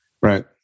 Right